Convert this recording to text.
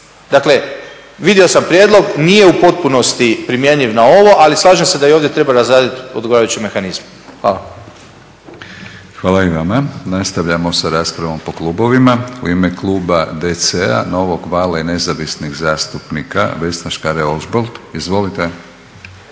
Dakle, vidio sam prijedlog, nije u potpunosti primjenjiv na ovo ali slažem se da i ovdje treba razraditi odgovarajuće mehanizme. Hvala. **Batinić, Milorad (HNS)** Hvala i vama. Nastavljamo s raspravom po klubovima. U ime kluba DC-a Novog vala i Nezavisnih zastupnika Vesna Škare-Ožbolt, izvolite.